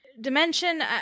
dimension